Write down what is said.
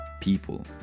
people